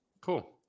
cool